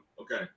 okay